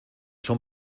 son